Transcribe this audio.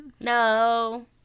No